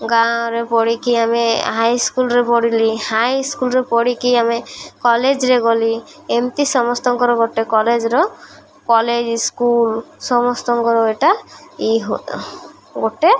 ଗାଁରେ ପଢ଼ିକି ଆମେ ହାଇସ୍କୁଲରେ ପଢ଼ିଲି ହାଇସ୍କୁଲରେ ପଢ଼ିକି ଆମେ କଲେଜରେ ଗଲି ଏମିତି ସମସ୍ତଙ୍କର ଗୋଟେ କଲେଜର କଲେଜ ସ୍କୁଲ ସମସ୍ତଙ୍କର ଏଇଟା ଇ ଗୋଟେ